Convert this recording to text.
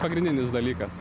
pagrindinis dalykas